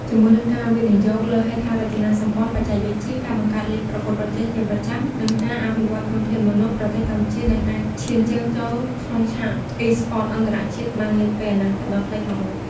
ជាមួយនឹងការវិនិយោគលើហេដ្ឋារចនាសម្ព័ន្ធបច្ចេកវិទ្យា ការបង្កើតលីគប្រកួតប្រជែងជាប្រចាំ និងការអភិវឌ្ឍធនធានមនុស្ស ប្រទេសកម្ពុជានឹងអាចឈានជើងចូលក្នុងឆាក Esports អន្តរជាតិបាននាពេលអនាគតដ៏ខ្លីខាងមុខ។